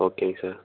okay sir